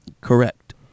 Correct